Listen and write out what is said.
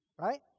Right